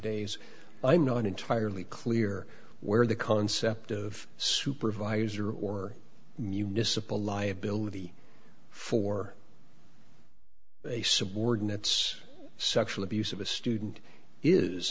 days i'm not entirely clear where the concept of supervisor or municipal liability for a subordinate's sexual abuse of a student is